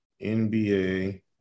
NBA